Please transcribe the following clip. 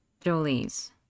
Jolie's